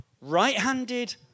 right-handed